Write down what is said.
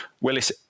Willis